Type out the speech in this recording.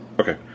Okay